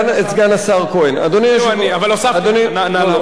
אבל הוספתי לך.